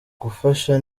gufasha